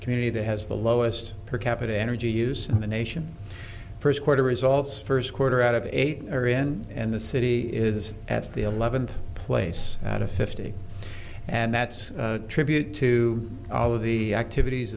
community that has the lowest per capita energy use in the nation first quarter results first quarter out of eight erin and the city is at the eleventh place at a fifty and that's a tribute to all of the activities